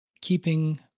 keeping